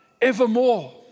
Evermore